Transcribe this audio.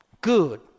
Good